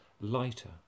lighter